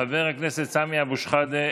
חבר הכנסת סמי אבו שחאדה,